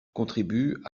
contribuent